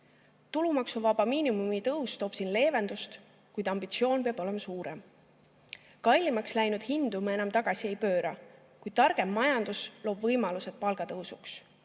Tulumaksuvaba miinimumi tõus toob leevendust, kuid ambitsioon peab olema suurem. Kallimaks läinud hindu me enam tagasi ei pööra, kui targem majandus loob võimalused palgatõusuks.